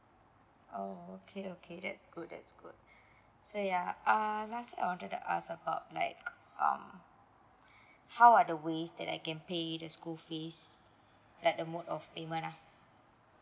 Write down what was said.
oh okay okay that's good that's good so ya uh last I wanted to ask about like um how are the ways that I can pay the school fees like the mod of payment lah